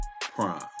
prime